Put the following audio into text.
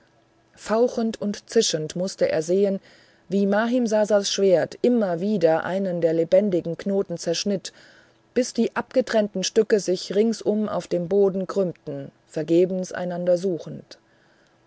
fauchend und zischend mußte er nun sehen wie mahimsasas schwert immer wieder einen der lebendigen knoten zerschnitt bis die abgetrennten stücke sich ringsum auf dem boden krümmten vergebens einander suchend